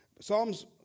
psalms